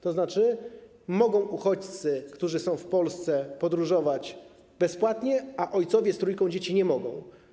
To znaczy uchodźcy, którzy są w Polsce, mogą podróżować bezpłatnie, a ojcowie z trójką dzieci nie mogą.